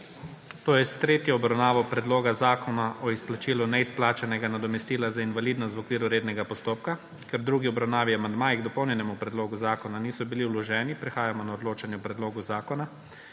to je s tretjo obravnavo Predloga zakona o izplačilu neizplačanega nadomestila za invalidnost v okviru rednega postopka. Ker v drugi obravnavi amandmaji k dopolnjenemu predlogu zakona niso bili vloženi, prehajamo na odločanje o predlogu zakona.